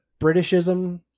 Britishism